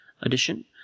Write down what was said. edition